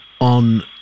on